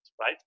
right